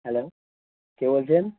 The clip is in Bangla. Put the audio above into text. হ্যালো কে বলছেন